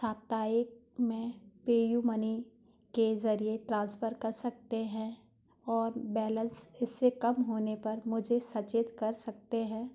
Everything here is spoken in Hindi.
साप्ताहिक में पेयू मनी के जरिए ट्रांसफर कर सकते हैं और बैलेंस इससे कम होने और मुझे सचेत कर सकते हैं